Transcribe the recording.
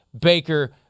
Baker